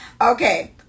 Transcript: Okay